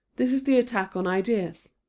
this is the attack on ideas,